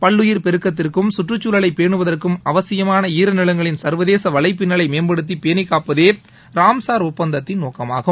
பல்லுயிர் பெருக்கத்திற்கும் கற்றுச் தழவைப் பேனுவதற்கும் அவசியமான ஈரநிலங்களின் சர்வதேச வலைப்பின்னலை மேம்படுத்திப் பேணிக்காப்பதே ராம்சார் ஒப்பந்தத்தின் நோக்கமாகும்